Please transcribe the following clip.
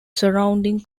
surrounding